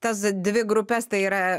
tas dvi grupes tai yra